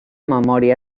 memòria